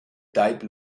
type